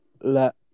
let